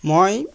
মই